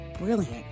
Brilliant